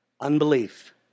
Unbelief